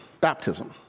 baptism